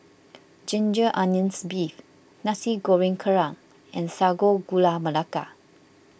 Ginger Onions Beef Nasi Goreng Kerang and Sago Gula Melaka